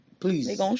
Please